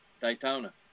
Daytona